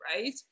right